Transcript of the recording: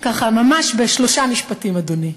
ממש בשלושה משפטים, אדוני,